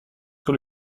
sur